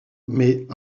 mais